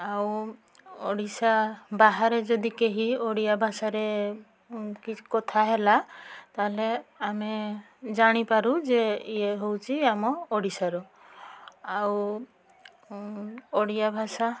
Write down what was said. ଆଉ ଓଡ଼ିଶା ବାହାରେ ଯଦି କେହି ଓଡ଼ିଆ ଭାଷାରେ କିଛି କଥାହେଲା ତାହେଲେ ଆମେ ଜାଣିପାରୁ ଯେ ଇଏ ହେଉଛି ଆମ ଓଡ଼ିଶାର ଆଉ ଓଡ଼ିଆ ଭାଷା